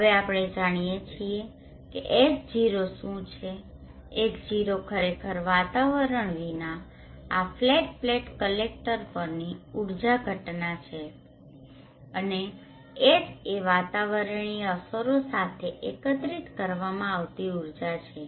હવે આપણે જાણીએ છીએ કે H0 શું છે H0 ખરેખર વાતાવરણ વિના આ ફ્લેટ પ્લેટ કલેક્ટર પરની ઊર્જા ઘટના છે અને Ha એ વાતાવરણીય અસરો સાથે એકત્રિત કરવામાં આવતી ઊર્જા છે